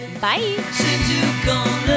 Bye